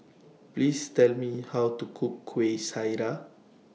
Please Tell Me How to Cook Kueh Syara